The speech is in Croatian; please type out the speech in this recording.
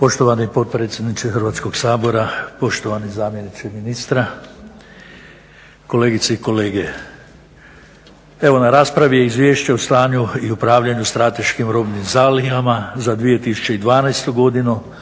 Poštovani potpredsjedniče Hrvatskog sabora, poštovani zamjeniče ministra, kolegice i kolege. Evo na raspravi je izvješće o stanju i upravljanju strateškim robnim zalihama za 2012.godinu